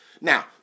Now